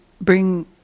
bring